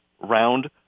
Round